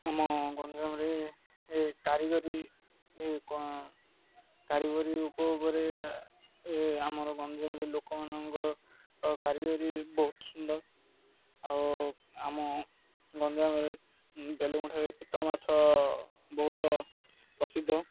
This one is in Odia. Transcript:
ଆମ ଗଞ୍ଜାମରେ ଏ କାରିଗରୀ କାରିଗରୀ ଉପରେ ଆମର ଗଞ୍ଜାମରେ ଲୋକମାନଙ୍କ କାରିଗରୀ ବହୁତ ସୁନ୍ଦର ଆଉ ଆମ ଗଞ୍ଜାମରେ ବେଲୁଙ୍ଗୁଠାରେ ପିତଳ ମାଛ ବହୁତ ପ୍ରସିଦ୍ଧ